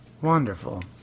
Wonderful